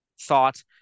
thought